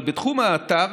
בתחום האתר